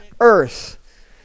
earth